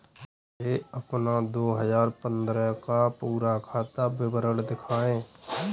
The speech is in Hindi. मुझे अपना दो हजार पन्द्रह का पूरा खाता विवरण दिखाएँ?